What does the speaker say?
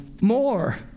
more